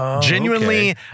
genuinely